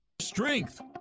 Strength